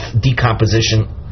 decomposition